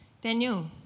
Daniel